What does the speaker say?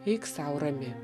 eik sau rami